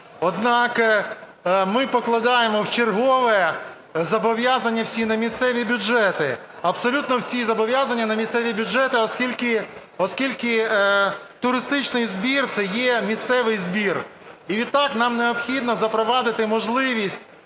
Однак ми покладаємо вчергове зобов'язання всі на місцеві бюджети, абсолютно всі зобов'язання на місцеві бюджети, оскільки туристичний збір – це є місцевий збір. І відтак нам необхідно запровадити можливість